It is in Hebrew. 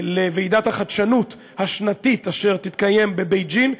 לוועידת החדשנות השנתית אשר תתקיים בבייג'ין.